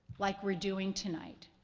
like we're doing tonight.